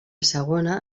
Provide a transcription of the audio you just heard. segona